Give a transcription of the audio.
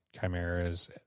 chimeras